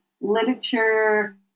literature